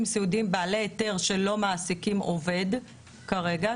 סיעודיים בעלי היתר שלא מעסיקים עובד כרגע,